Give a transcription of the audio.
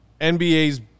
nba's